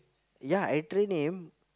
ya I train him